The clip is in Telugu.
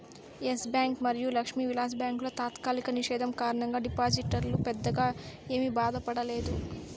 ఎస్ బ్యాంక్ మరియు లక్ష్మీ విలాస్ బ్యాంకుల తాత్కాలిక నిషేధం కారణంగా డిపాజిటర్లు పెద్దగా ఏమీ బాధపడలేదు